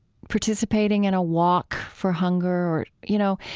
participating in a walk for hunger, you know?